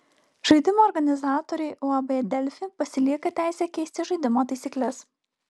žaidimo organizatoriai uab delfi pasilieka teisę keisti žaidimo taisykles